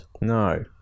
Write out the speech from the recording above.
No